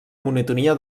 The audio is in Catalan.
monotonia